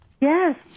Yes